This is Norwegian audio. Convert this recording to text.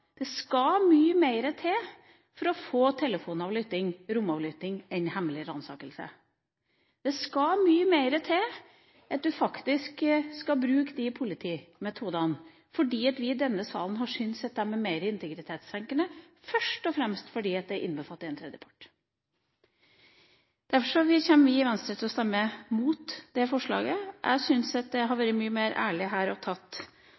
Det skal mye mer til for å få telefonavlytting og romavlytting enn en hemmelig ransakelse. Det skal mye mer til for at en skal bruke de politimetodene, fordi vi i denne salen har syns at de er mer integritetskrenkende, først og fremst fordi de innbefatter en tredjepart. Derfor kommer vi i Venstre til å stemme mot forslaget. Jeg syns at det